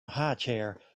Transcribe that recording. highchair